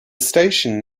station